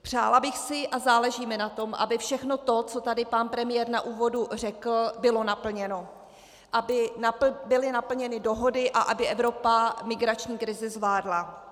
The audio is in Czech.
Přála bych si, a záleží mi na tom, aby všechno to, co tady pan premiér na úvodu řekl, bylo naplněno, aby byly naplněny dohody a aby Evropa migrační krizi zvládla.